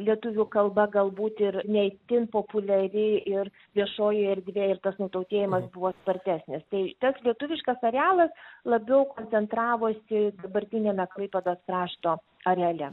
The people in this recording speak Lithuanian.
lietuvių kalba galbūt ir ne itin populiari ir viešojoj erdvėj ir tas nutautėjimas buvo spartesnis tai tas lietuviškas arealas labiau koncentravosi dabartiniame klaipėdos krašto areale